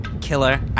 killer